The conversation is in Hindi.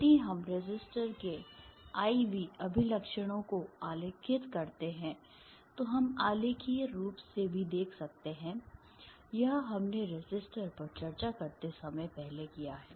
यदि हम रेसिस्टर के I V अभिलक्षणों को आलेखित करते हैं तो हम आलेखीय रूप से भी देख सकते हैं यह हमने रेसिस्टर पर चर्चा करते समय पहले किया है